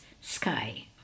sky